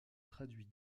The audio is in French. traduit